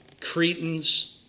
Cretans